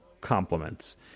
compliments